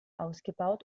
ausgebaut